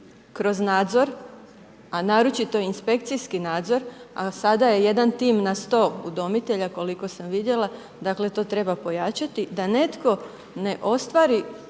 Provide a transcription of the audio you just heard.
kroz nadzor a naročito inspekcijski nadzor, a sada je jedan tim na 100 udomitelja koliko sam vidjela, dakle to treba pojačati da netko ne ostvari